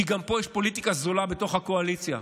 כי גם פה יש פוליטיקה זולה בתוך הקואליציה,